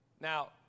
Now